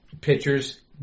pitchers